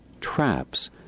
traps